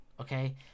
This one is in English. Okay